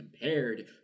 compared